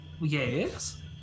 yes